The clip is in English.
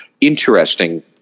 interesting